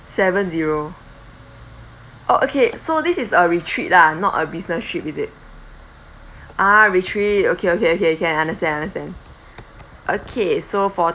seven zero oh okay so this is a retreat lah not a business trip is it ah retreat okay okay okay can understand understand okay so for